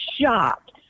shocked